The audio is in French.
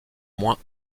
moins